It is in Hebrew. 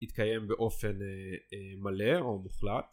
יתקיים באופן מלא או מוחלט